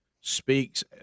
speaks